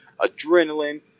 adrenaline